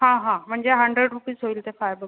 हा हा म्हणजे हंड्रेड रूपीज होईल ते फाय बुक